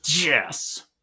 yes